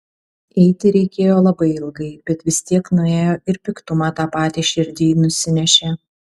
eiti reikėjo labai ilgai bet vis tiek nuėjo ir piktumą tą patį širdyj nusinešė